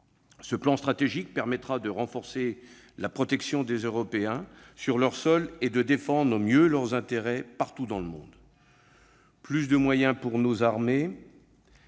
Ce plan stratégique permettra également de renforcer la protection des Européens sur leur sol et de défendre mieux nos intérêts partout dans le monde. Plus de moyens pour nos armées